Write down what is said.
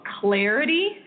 clarity